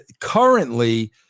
currently